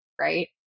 right